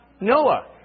Noah